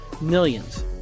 millions